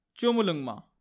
Chumulungma